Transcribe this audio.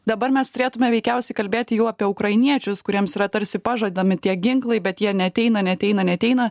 dabar mes turėtume veikiausiai kalbėti jau apie ukrainiečius kuriems yra tarsi pažadami tie ginklai bet jie neateina neateina neateina